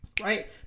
right